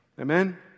Amen